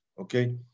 Okay